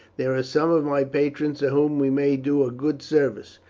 there are some of my patrons to whom we may do a good service.